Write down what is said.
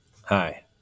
Hi